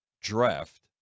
draft